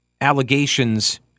allegations